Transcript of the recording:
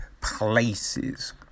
places